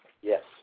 Yes